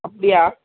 அப்படியா